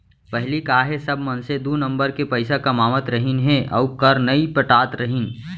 पहिली का हे सब मनसे दू नंबर के पइसा कमावत रहिन हे अउ कर नइ पटात रहिन